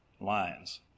lines